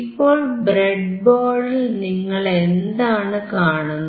ഇപ്പോൾ ബ്രെഡ്ബോർഡിൽ നിങ്ങൾ എന്താണ് കാണുന്നത്